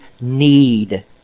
need